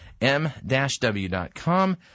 M-W.com